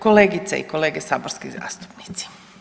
Kolegice i kolege saborski zastupnici.